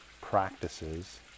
practices